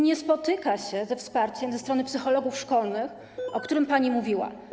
Nie spotykają się oni ze wsparciem ze strony psychologów szkolnych, o którym pani mówiła.